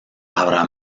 habrá